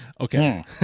okay